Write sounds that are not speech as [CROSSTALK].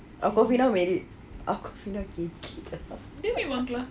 awkwafina very awkwafina kekek lah [LAUGHS]